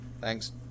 Thanks